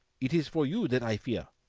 it is for you that i fear!